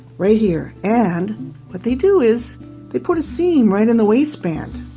right here, and what they do is they put a seam right in the waistband.